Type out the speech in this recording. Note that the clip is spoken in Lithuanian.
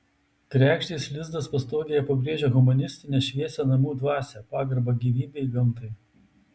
kregždės lizdas pastogėje pabrėžia humanistinę šviesią namų dvasią pagarbą gyvybei gamtai